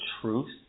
truth